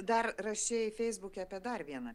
dar rašei feisbuke dar vieną